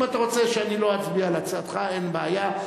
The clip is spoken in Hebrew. אם אתה רוצה שאני לא אצביע על הצעתך, אין בעיה.